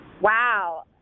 Wow